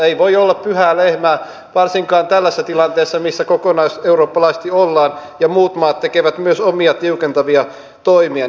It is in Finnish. ei voi olla pyhää lehmää varsinkaan tällaisessa tilanteessa missä kokonaiseurooppalaisesti ollaan ja muut maat tekevät myös omia tiukentavia toimiaan